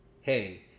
hey